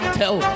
tell